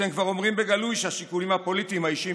אתם כבר אומרים בגלוי שהשיקולים הפוליטיים האישיים